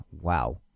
Wow